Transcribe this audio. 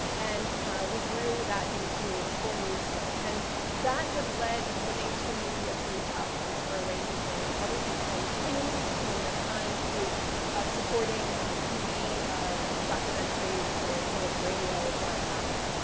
and we grew that into a full news site. and that has led the mainstream media to reach out to us for a range of things. everything from opinion pieces in the new york times to supporting tv ah documentaries, or public radio broadcasts,